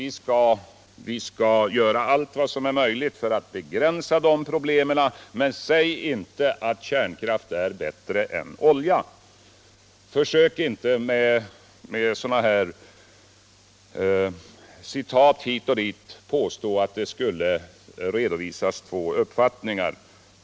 Vi skall göra allt som är möjligt för att söka begränsa de problemen, men säg inte att kärnkraft är bättre än olja! Försök inte heller med sådana här citat hit och dit påstå att vi skulle redovisa två olika uppfattningar!